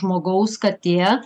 žmogaus katė